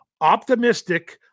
Optimistic